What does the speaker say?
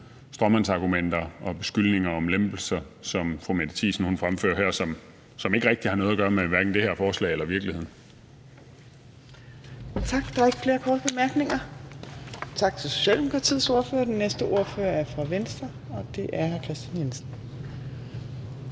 stråmandsargumenter og beskyldninger om lempelser, som fru Mette Thiesen fremfører her, som ikke rigtig har noget at gøre med hverken det her forslag eller virkeligheden.